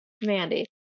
mandy